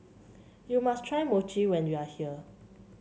you must try Mochi when you are here